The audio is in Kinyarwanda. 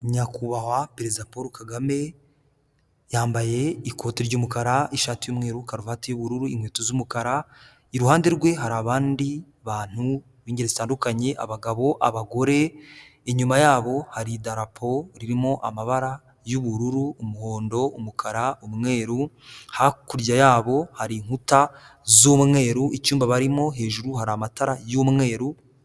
Nyakubahwa Perezida Paul Kagame, yambaye ikoti ry'umukara, ishati y'umweru, karuvati y'ubururu, inkweto z'umukara, iruhande rwe hari abandi bantu b'ingeri zitandukanye abagabo, abagore, inyuma yabo hari idarapo ririmo amabara y'ubururu, umuhondo, umukara, umweru. Hakurya yabo hari inkuta z'umweru. Icyumba barimo hejuru hari amatara y'umweru.